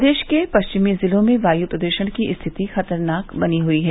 प्रदेश के पश्चिमी जिलों में वायू प्रदूषण की स्थिति खतरनाक बनी हुई है